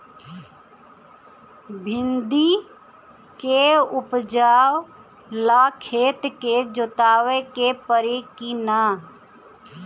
भिंदी के उपजाव ला खेत के जोतावे के परी कि ना?